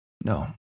No